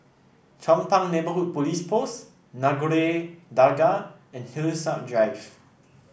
Chong Pang Neighbourhood Police Post Nagore Dargah and Hillside Drive